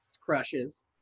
crushes